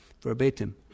verbatim